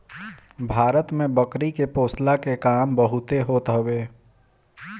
भारत में बकरी के पोषला के काम बहुते होत हवे